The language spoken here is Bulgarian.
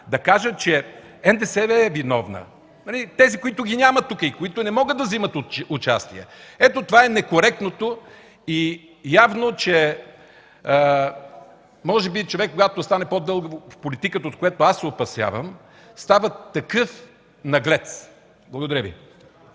да кажат, че НДСВ е виновно – тези, които ги няма тук и които не могат да взимат участие. Ето, това е некоректното. Явно, че може би човек, когато остава по-дълго в политиката, от което аз се опасявам, става такъв наглец. Благодаря Ви.